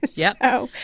but yeah. oh,